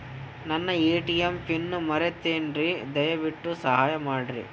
ನನ್ನ ATM PIN ಮರೆತೇನ್ರೀ, ದಯವಿಟ್ಟು ಸಹಾಯ ಮಾಡ್ರಿ